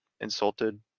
insulted